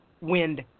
wind